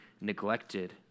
neglected